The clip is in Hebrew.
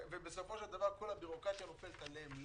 בסופו של דבר כלל הבירוקרטיה נופלת עליהם.